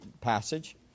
passage